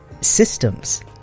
systems